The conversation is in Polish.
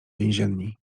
więzienni